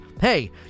Hey